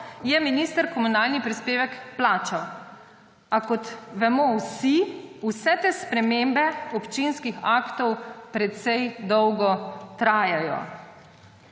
je minister komunalni prispevek plačal. A kot vemo vsi, vse te spremembe občinskih aktov trajajo